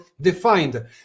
defined